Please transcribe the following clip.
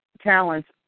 talents